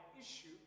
issue